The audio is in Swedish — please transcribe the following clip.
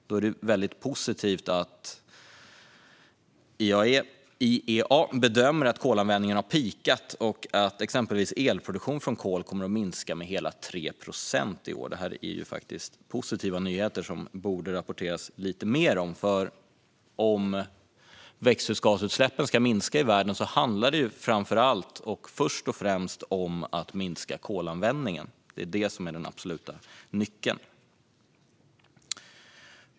Då är det väldigt positivt att IEA bedömer att kolanvändningen har peakat och att exempelvis elproduktion från kol kommer att minska med hela 3 procent i år. Detta är faktiskt positiva nyheter som det borde rapporteras lite mer om, för om växthusgasutsläppen ska minska i världen handlar det framför allt och först och främst om att minska kolanvändningen. Det är det som är den absoluta nyckeln.